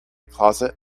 closet